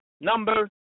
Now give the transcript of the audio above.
number